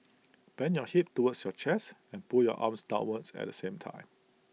bend your hip towards your chest and pull your arms downwards at the same time